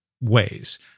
ways